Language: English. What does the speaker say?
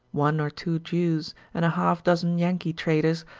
one or two jews and a half dozen yankee traders,